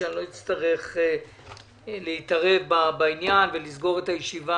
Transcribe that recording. ואני לא אצטרך להתערב בעניין ולסגור את הישיבה,